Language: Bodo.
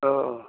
अ